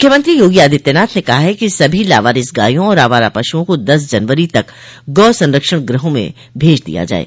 मुख्यमंत्री योगी आदित्यनाथ ने कहा है कि सभी लावारिस गायों और आवारा पशुओं को दस जनवरी तक गौ संरक्षण गृहों में भेज दिया जाये